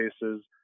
cases